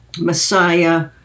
Messiah